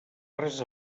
res